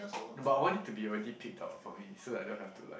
but I want it to be already picked out for me so that I don't have to like